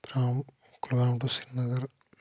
from Kulgam to Srinagar